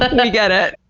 but and um get it.